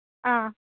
ꯑꯥ